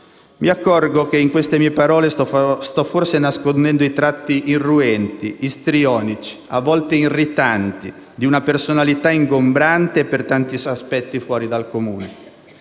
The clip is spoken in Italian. Mi accorgo che in queste mie parole sto forse nascondendo i tratti irruenti, istrionici, a volte irritanti, di una personalità ingombrante e, per tanti aspetti, fuori del comune.